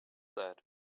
that